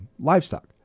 livestock